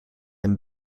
een